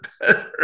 better